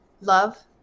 love